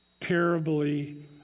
terribly